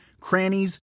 crannies